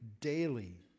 daily